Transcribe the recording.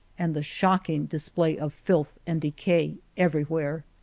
and the shocking display of filth and decay every where.